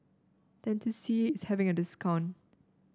Dentiste is having a discount